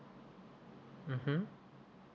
mmhmm